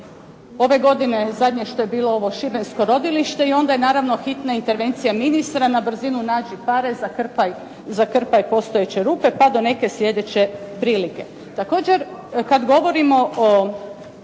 ove godine zadnje što je bilo ovo šibensko rodilište i onda je naravno hitna intervencija ministra na brzinu nađi pare, zakrpaj postojeće rupe, pa do neke slijedeće prilike.